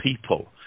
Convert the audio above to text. people